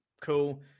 Cool